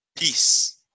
peace